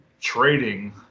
trading